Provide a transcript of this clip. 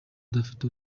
udafite